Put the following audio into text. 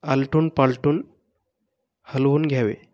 आलटून पालटून हलवून घ्यावे